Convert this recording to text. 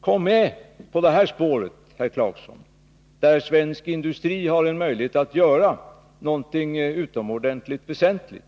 Kom med på det här spåret, herr Clarkson, där svensk industri har en möjlighet att göra någonting ytterst väsentligt!